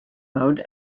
mode